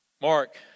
Mark